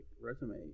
resume